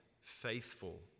faithful